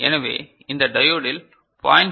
எனவே இந்த டையோடில் 0